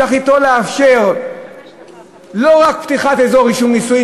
תכליתו לאפשר לא רק פתיחת אזור רישום נישואין,